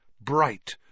bright